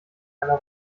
einer